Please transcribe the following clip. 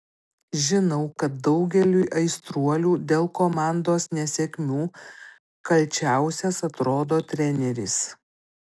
žinau kad daugeliui aistruolių dėl komandos nesėkmių kalčiausias atrodo treneris